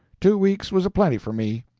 two weeks was a-plenty for me.